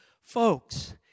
Folks